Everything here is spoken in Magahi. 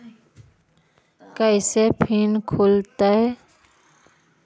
कैसे फिन खुल तय?